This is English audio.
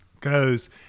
goes